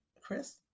Chris